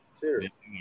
cheers